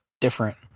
different